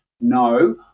no